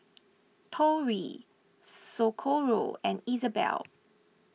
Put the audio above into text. Tori Socorro and Isabelle